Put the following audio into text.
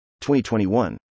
2021